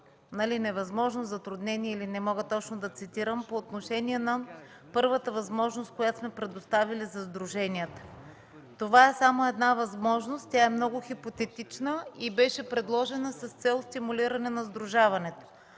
невъзможност, затруднение – не мога точно да цитирам, по отношение на първата възможност, която сме предоставили за сдруженията – това е само една възможност, тя е много хипотетична и беше предложена с цел стимулиране на сдружаването.